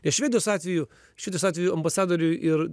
ir švedijos atveju švedijos atveju ambasadoriui ir